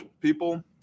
people